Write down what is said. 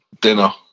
dinner